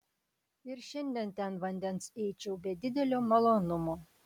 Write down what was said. ir šiandien ten vandens eičiau be didelio malonumo